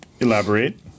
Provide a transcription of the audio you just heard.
Elaborate